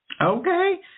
Okay